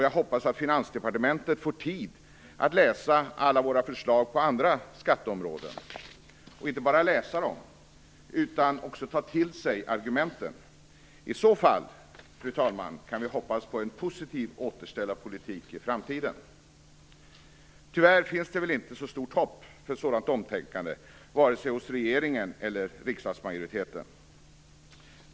Jag hoppas att Finansdepartementet får tid att inte bara läsa alla våra förslag på andra skatteområden utan också att ta till sig argumenten. I så fall, fru talman, kan vi hoppas på en positiv återställarpolitik i framtiden. Tyvärr finns det väl inte så stort hopp om ett sådant omtänkande hos vare sig regeringen eller riksdagsmajoriteten.